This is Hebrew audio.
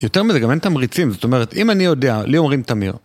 יותר מזה, גם אין תמריצים, זאת אומרת, אם אני יודע, לי אומרים תמיר...